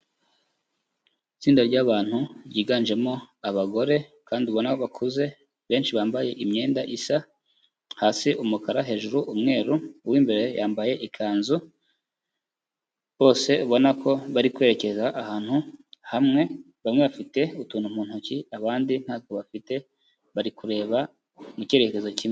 Itsinda ry'abantu ryiganjemo abagore kandi ubona bakuze, benshi bambaye imyenda isa hasi umukara hejuru umweru, uw'imbere yambaye ikanzu bose ubona ko bari kwerekeza ahantu hamwe, bamwe bafite utuntu mu ntoki abandi ntatwo bafite, bari kureba mu cyerekezo kimwe.